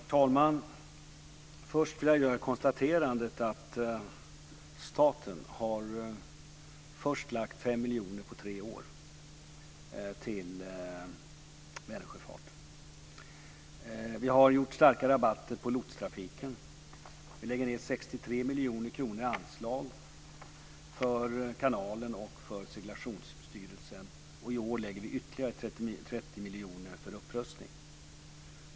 Herr talman! Jag vill göra konstaterandet att staten har lagt 5 miljoner på tre år på Vänersjöfarten. Vi har givit stora rabatter på lotsavgifterna. Vi lägger ned 63 miljoner kronor i anslag på kanalen och på seglationsstyrelsen. I år lägger vi ytterligare 30 miljoner på upprustning.